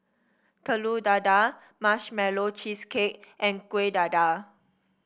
Telur Dadah Marshmallow Cheesecake and Kueh Dadar